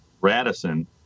Radisson